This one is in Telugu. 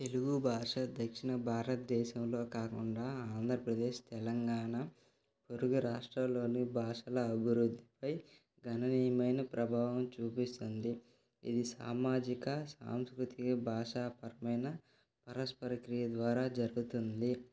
తెలుగు భాష దక్షిణ భారతదేశంలో కాకుండా ఆంధ్రప్రదేశ్ తెలంగాణ పొరుగు రాష్ట్రాల్లోని భాషల అభివృద్ధిపై గణనీయమైన ప్రభావం చూపిస్తుంది ఇది సామాజిక సాంస్కృతిక భాషాపరమైన పరస్పర క్రియ ద్వారా జరుగుతుంది